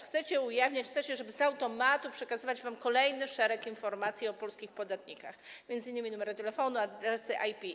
Chcecie to ujawniać, chcecie, żeby z automatu przekazywać wam kolejny szereg informacji o polskich podatnikach, m.in. numery telefonów, adresy IP.